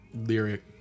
lyric